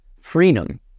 freedom